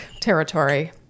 territory